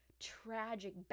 tragic